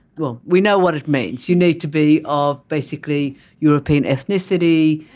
well, we know what it means. you need to be of basically european ethnicity,